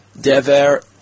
Dever